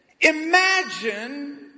Imagine